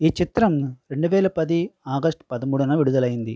ఈ చిత్రం రెండు వేల పది ఆగస్టు పదమూడున విడుదలైంది